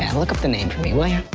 and look up the name for me will you?